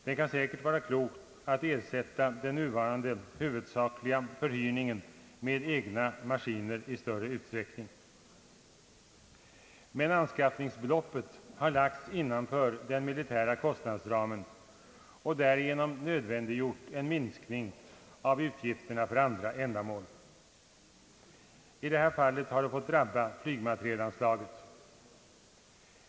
Det kan säkert vara klokt att ersätta den nuvarande huvudsakliga förhyrningen med egna maskiner i större utsträckning. Men anskaffningsbeloppet har lagts innanför den militära kostnadsramen och därigenom nödvändiggjort en minskning av utgifterna för andra ändamål. Detta har fått drabba flygmaterielanslaget.